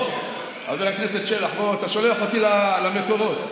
חבר הכנסת שלח, אתה שולח אותי למקורות.